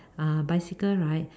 uh bicycle right